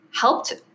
helped